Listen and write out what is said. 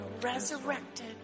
resurrected